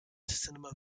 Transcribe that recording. cinema